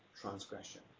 transgression